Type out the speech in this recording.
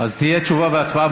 אז תשובה והצבעה